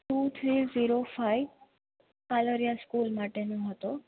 two three zero five Palariya school માટેનો હતો